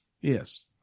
yes